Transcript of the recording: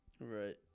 Right